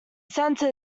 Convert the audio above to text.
centre